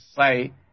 say